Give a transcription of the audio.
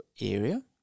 area